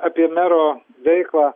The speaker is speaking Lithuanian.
apie mero veiklą